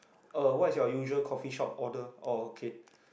uh what is your usual coffee shop order oh okay